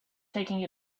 taking